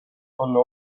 olla